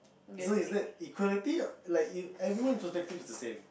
so it's that equality like you everyone's objective is the same